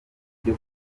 ibyo